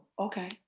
okay